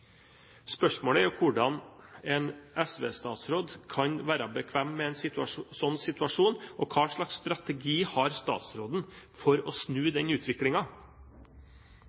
Spørsmålet er hvordan en SV-statsråd kan være bekvem med en slik situasjon. Hvilken strategi har statsråden for å snu den